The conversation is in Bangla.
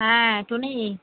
হ্যাঁ টুনি